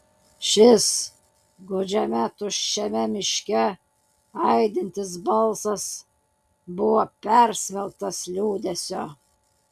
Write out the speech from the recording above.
šis gūdžiame tuščiame miške aidintis balsas buvo persmelktas liūdesio